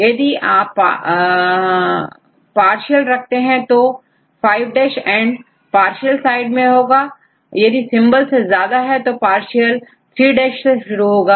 तो यदि आप पार्शियल रखते हैं तो5' एंड पार्शियल साइड में होगा यदि यह सिंबल से ज्यादा है तो पार्सियल3' से शुरू होगा